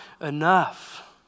enough